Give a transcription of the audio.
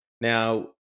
Now, –